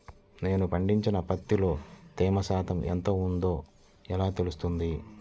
నేను పండించిన పత్తిలో తేమ శాతం ఎంత ఉందో ఎలా తెలుస్తుంది?